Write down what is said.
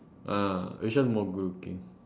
ah which one more good looking